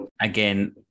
again